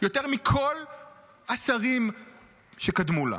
יותר מכל השרים שקדמו לה.